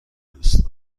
دوست